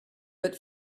but